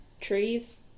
trees